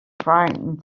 frightened